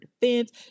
defense